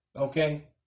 okay